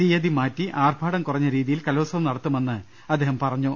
തിയ്യതി മാറ്റി ആർഭാടം കുറഞ്ഞ രീതിയിൽ കലോത്സവം നടത്തു മെന്ന് അദ്ദേഹം പറഞ്ഞു